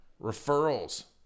Referrals